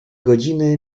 godziny